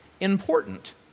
important